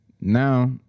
Now